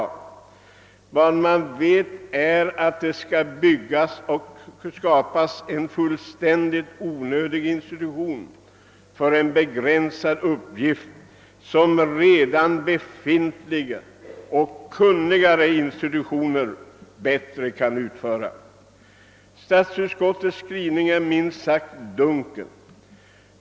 Vad man vet är att det skall byggas och skapas en fullständigt onödig institution för en begränsad uppgift som befintliga institutioner kan utföra bättre och riktigare. Statsutskottets skrivning är minst sagt dunkel.